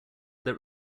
that